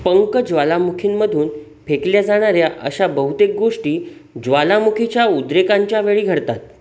पंक ज्वालामुखींमधून फेकल्या जाणाऱ्या अशा बहुतेक गोष्टी ज्वालामुखीच्या उद्रेकांच्या वेळी घडतात